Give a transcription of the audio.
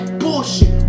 bullshit